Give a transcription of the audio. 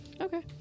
Okay